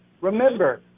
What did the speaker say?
Remember